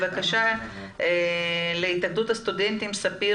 איזושהי תוכנית ברורה ומסודרת שמוצגת בהקשר שוק העבודה.